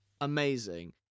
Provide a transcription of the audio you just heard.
Amazing